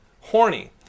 horny